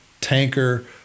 tanker